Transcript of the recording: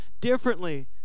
differently